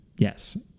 Yes